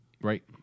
Right